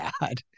bad